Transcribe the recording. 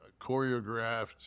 choreographed